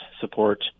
support